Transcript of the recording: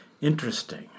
Interesting